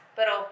Pero